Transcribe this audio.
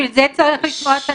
המשפטים.